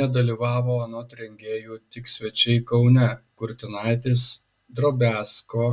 nedalyvavo anot rengėjų tik svečiai kaune kurtinaitis drobiazko